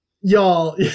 Y'all